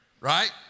right